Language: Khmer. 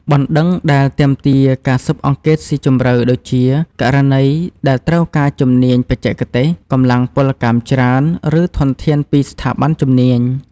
បណ្តឹងដែលទាមទារការស៊ើបអង្កេតស៊ីជម្រៅដូចជា ករណីដែលត្រូវការជំនាញបច្ចេកទេស កម្លាំងពលកម្មច្រើន ឬធនធានពីស្ថាប័នជំនាញ។